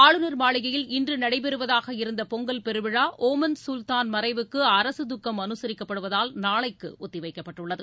ஆளுநர் மாளிகையில் இன்று நடைபெறுவதாக இருந்த பொங்கல் பெருவிழா ஒமன் சுல்தான் மறைவுக்கு அரசு துக்கம் அனுசரிக்கப்படுவதால் நாளைக்கு ஒத்தி வைக்கப்பட்டுள்ளது